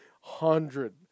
Hundred